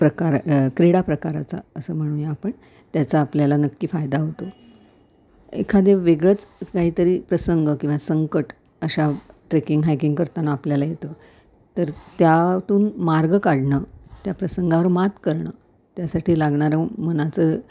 प्रकार क्रीडा प्रकाराचा असं म्हणूया आपण त्याचा आपल्याला नक्की फायदा होतो एखादे वेगळंच काहीतरी प्रसंग किंवा संकट अशा ट्रेकिंग हायकिंग करताना आपल्याला येतं तर त्यातून मार्ग काढणं त्या प्रसंगावर मात करणं त्यासाठी लागणाऱ्या मनाचं